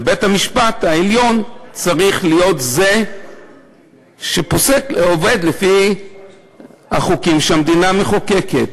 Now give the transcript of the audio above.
בית-המשפט העליון צריך להיות זה שעובד לפי החוקים שהמדינה מחוקקת.